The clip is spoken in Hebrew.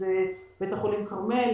שזה בית חולים כרמל,